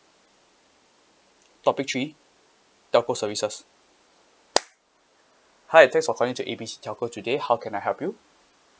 topic three telco services hi thanks for calling to A B C telco today how can I help you